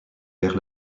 guère